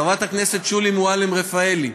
חברת הכנסת שולי מועלם-רפאלי,